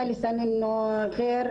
והדבר האחרון,